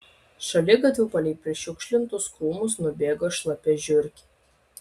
šaligatviu palei prišiukšlintus krūmus nubėgo šlapia žiurkė